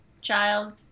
child